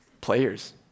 players